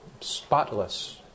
spotless